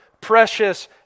precious